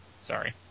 Sorry